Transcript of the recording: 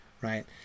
Right